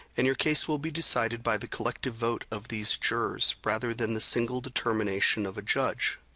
and your case will be decided by the collective vote of these jurors rather than the single determination of a judge.